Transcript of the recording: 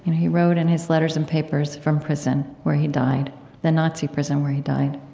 he wrote in his letters and papers from prison, where he died the nazi prison where he died.